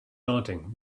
daunting